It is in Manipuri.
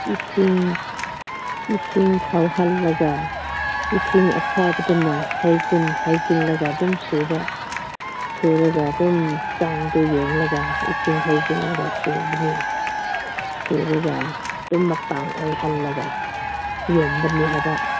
ꯏꯁꯤꯡ ꯏꯁꯤꯡ ꯁꯧꯍꯜꯂꯒ ꯏꯁꯤꯡ ꯑꯁꯥꯕꯗꯨꯅ ꯍꯩꯖꯤꯜ ꯍꯩꯖꯤꯜꯂꯒ ꯑꯗꯨꯝ ꯁꯨꯕ ꯁꯨꯔꯒ ꯑꯗꯨꯝ ꯆꯥꯡꯗꯣ ꯌꯦꯡꯂꯒ ꯏꯁꯤꯡ ꯍꯩꯖꯤꯜꯂꯒ ꯁꯨꯕꯅꯦ ꯁꯨꯔꯒ ꯑꯗꯨꯝ ꯃꯄꯪ ꯑꯣꯏꯍꯜꯂꯒ ꯌꯣꯝꯕꯅꯦ ꯍꯥꯏꯕ